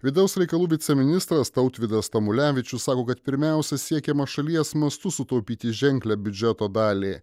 vidaus reikalų viceministras tautvydas tamulevičius sako kad pirmiausia siekiama šalies mastu sutaupyti ženklią biudžeto dalį